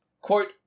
Quote